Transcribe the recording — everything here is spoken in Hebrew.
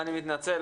אני מתנצל.